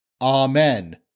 Amen